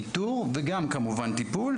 איתור וטיפול כמובן.